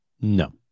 No